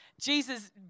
Jesus